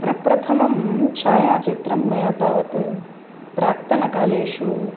प्रप्रथमं छायाचित्रं मया तावत् प्राक्तनकालेषु